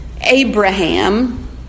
abraham